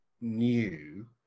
new